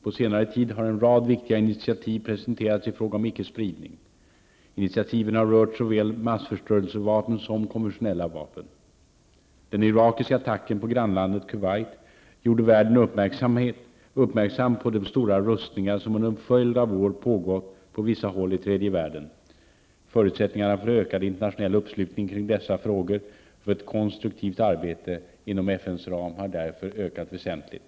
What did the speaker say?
På senare tid har en rad viktiga initiativ presenterats i fråga om ickespridning. Initiativen har rört såväl massförstörelsevapen som konventionella vapen. Den irakiska attacken på grannlandet Kuwait gjorde världen uppmärksam på de stora rustningar som under en följd av år pågått på vissa håll i tredje världen. Förutsättningarna för ökad internationell uppslutning kring dessa frågor och för ett konstruktivt arbete inom FNs ram har därför ökat väsentligt.